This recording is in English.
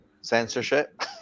Censorship